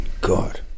God